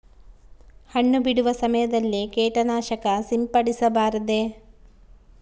ಹಣ್ಣು ಬಿಡುವ ಸಮಯದಲ್ಲಿ ಕೇಟನಾಶಕ ಸಿಂಪಡಿಸಬಾರದೆ?